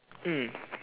mm